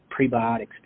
prebiotics